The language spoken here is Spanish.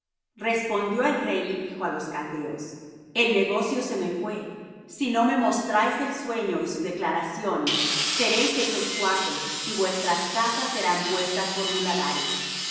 respondió el rey y dijo á los caldeos el negocio se me fué si no me mostráis el sueño y su declaración seréis hechos cuartos y vuestras casas serán puestas